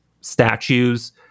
statues